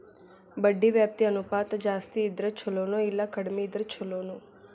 ಬಡ್ಡಿ ವ್ಯಾಪ್ತಿ ಅನುಪಾತ ಜಾಸ್ತಿ ಇದ್ರ ಛಲೊನೊ, ಇಲ್ಲಾ ಕಡ್ಮಿ ಇದ್ರ ಛಲೊನೊ?